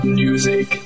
music